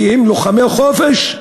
כי הם לוחמי חופש.